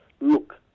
look